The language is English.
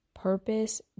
Purpose